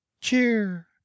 cheer